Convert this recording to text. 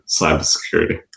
cybersecurity